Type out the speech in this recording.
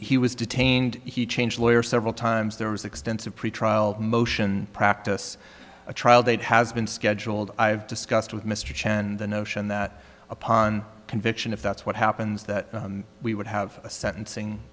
he was detained he changed lawyers several times there was extensive pretrial motion practice a trial date has been scheduled i have discussed with mr chen and the notion that upon conviction if that's what happens that we would have a sentencing